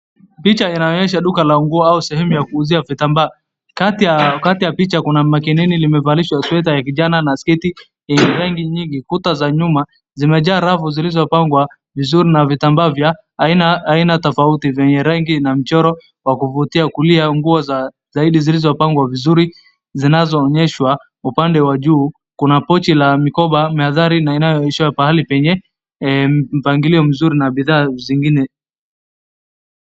Picha inonanyesha duka la nguo au sehemu ya kuuzia vitambaa kati ya picha kuna makeneni limevalishwa shati ya kijana na sketi yenye rangi nyingi kuta za nyuma zimejaa rafu zilizopangwa vizuri na vitambaa vya aina tofauti vyenye rangi na mchoro wa kufutia kulia nguo zilizopangwa vizuri zinazonyeshwa upande wa juu kuna pochi la mikoba mezari na inayonyesha pahali penye mpangilio mzuri na bidhaa zingine.